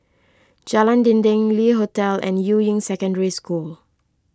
Jalan Dinding Le Hotel and Yuying Secondary School